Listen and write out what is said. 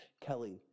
Kelly